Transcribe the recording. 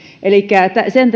sen